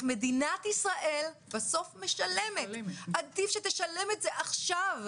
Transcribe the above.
מדינת ישראל משלמת בסוף ועדיף שתשלם את זה עכשיו.